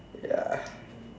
ya